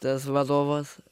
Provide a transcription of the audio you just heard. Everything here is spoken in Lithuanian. tas vadovas